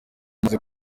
amaze